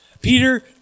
Peter